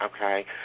okay